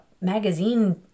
magazine